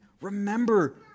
Remember